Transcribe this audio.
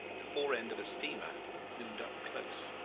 the fore-end of a steamer loomed up close.